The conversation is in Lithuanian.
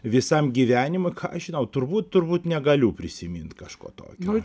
visam gyvenimui ką aš žinau turbūt turbūt negaliu prisimint kažko tokio